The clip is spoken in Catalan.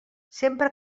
sempre